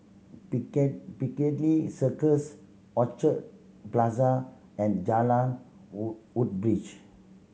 Piccadilly Circus Orchard Plaza and Jalan Wood Woodbridge